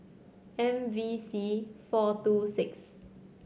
M V C four two six